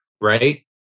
right